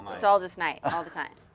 um it's all just night, all the time.